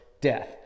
death